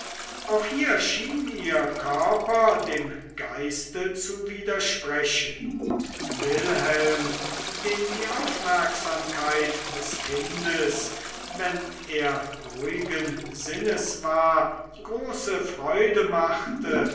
auch hier schien ihr körper dem geist zu widersprechen wilhelm dem die aufmerksamkeit des kindes wenn er ruhigen sinnes war große freude machte